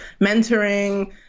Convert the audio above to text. mentoring